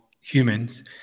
humans